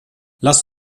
lass